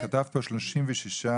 כתבת פה 36 הרוגים,